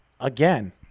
Again